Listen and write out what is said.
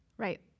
Right